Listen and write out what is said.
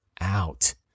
out